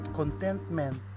contentment